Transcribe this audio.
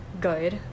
good